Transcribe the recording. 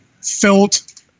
felt